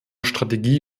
strategie